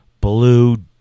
blue